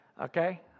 Okay